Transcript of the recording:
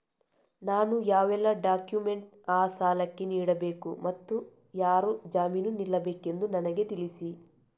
ನಾನು ಯಾವೆಲ್ಲ ಡಾಕ್ಯುಮೆಂಟ್ ಆ ಸಾಲಕ್ಕೆ ನೀಡಬೇಕು ಮತ್ತು ಯಾರು ಜಾಮೀನು ನಿಲ್ಲಬೇಕೆಂದು ನನಗೆ ತಿಳಿಸಿ?